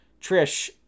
Trish